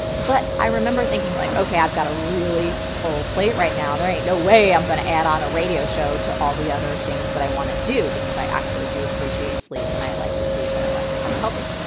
but i remember thinking like, okay, i've got a really full plate right now. there ain't no way i'm going to add on a radio show to all the other things that i want to do because i actually do appreciate sleep and i like to sleep and i like to stay healthy.